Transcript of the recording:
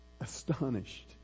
astonished